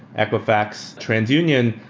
equifax, transunion,